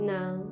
Now